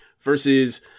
versus